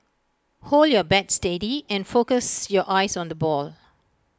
hold your bat steady and focus your eyes on the ball